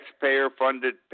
taxpayer-funded